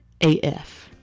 AF